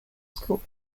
school